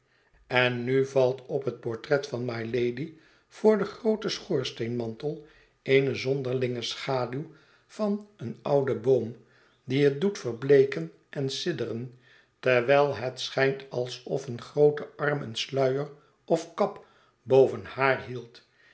en nu valt op het portret van mylady voor den grooten schoorsteenmantel eene zonderlinge schaduw van een ouden boom die het doet verbleeken en sidderen terwijl het schijnt alsof een groote arm een sluier of kap boven haar hield